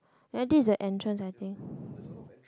there this is the entrance I think